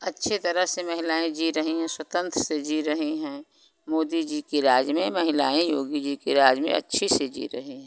अच्छे तरह से महिलाएँ जी रही हैं स्वतंत्र से जी रही हैं मोदी जी के राज में महिलाएँ योगी जी के राज में अच्छे से जी रही हैं